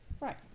Right